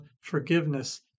forgiveness